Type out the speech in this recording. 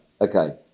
Okay